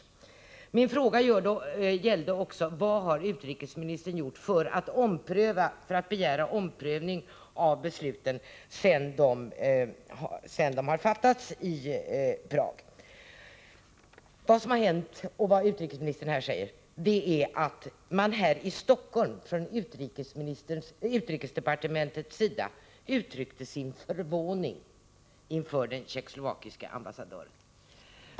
Min fråga gällde också vad utrikesministern gjort för att begära omprövning av besluten sedan de fattats i Prag. Vad som enligt utrikesministern har hänt är att man i Stockholm från utrikesdepartementets sida uttryckt sin förvåning inför den tjeckoslovakiske ambassadören.